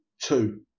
two